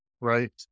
Right